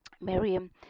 miriam